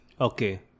Okay